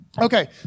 Okay